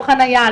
לא חניה,